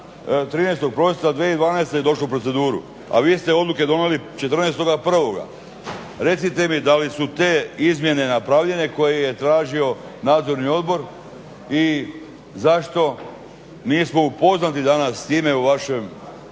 13.prosinca 2012.je došlo u proceduru, a vi ste odluke donijeli 14.1.? recite mi da li su te izmjene napravljene koje je tražio nadzorni odbor i zašto nismo upoznati danas s time u vašem